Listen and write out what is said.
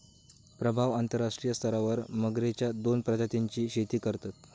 प्रभाव अंतरराष्ट्रीय स्तरावर मगरेच्या दोन प्रजातींची शेती करतत